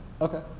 Okay